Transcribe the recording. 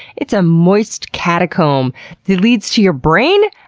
it's a moist catacomb that leads to your brain?